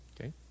okay